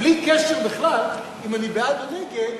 בלי קשר בכלל אם אני בעד או נגד